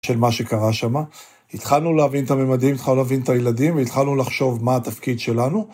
של מה שקרה שם, התחלנו להבין את הממדים, התחלנו להבין את הילדים, התחלנו לחשוב מה התפקיד שלנו.